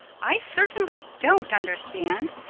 i certainly don't understand.